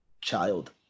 child